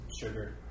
sugar